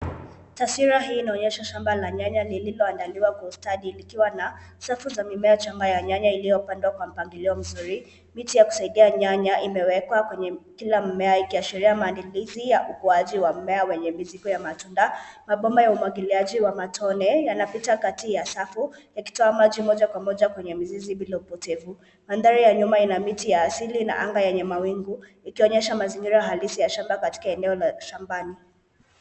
Taswira hii inaonyesha shamba la nyanya lililoandaliwa kwa ustadi likiwa na safu za mimea changa ya nyanya iliopandwa kwa mpangilio mzuri, miti ya kusaidia imewekwa kwenye kila mmea ikiashiria maandalizi ya ukuaji wa mmea wenye mizigo ya matunda. Mabomba ya umwagiliaji wa matone yanapita kati ya safu yakitoa maji mojakwa moja kwenye mzizi bila upotevu. Madhari ya nyuma ina miti ya asili na anga yenye mawingu ikonyesha mazingira halisi ya shamba katika eneo la shambani.